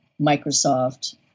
Microsoft